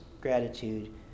gratitude